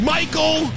Michael